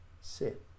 sit